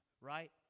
right